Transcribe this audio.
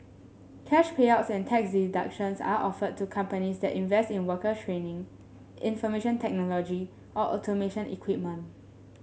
cash payouts and tax deductions are offered to companies that invest in worker training information technology or automation equipment